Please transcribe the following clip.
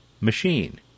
machine